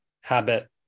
habit